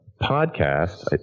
podcast